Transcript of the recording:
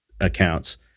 accounts